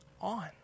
on